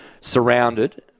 surrounded